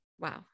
Wow